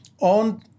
on